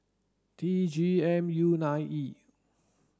T G M U nine E